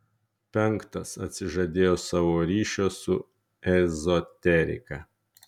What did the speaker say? penktas atsižadėti savo ryšio su ezoterika